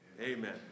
Amen